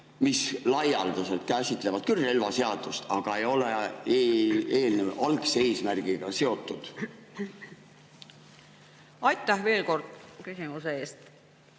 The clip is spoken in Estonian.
mis laialdaselt käsitlevad küll relvaseadust, aga ei ole algse eesmärgiga seotud? Aitäh veel kord küsimuse eest!